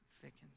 thickens